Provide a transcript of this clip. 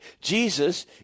Jesus